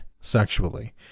sexually